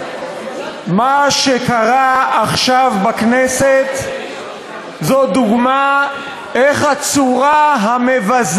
מה שקרה עכשיו בכנסת זה דוגמה איך הצורה המבזה